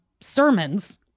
sermons